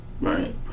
Right